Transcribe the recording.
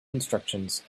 instructions